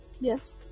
Yes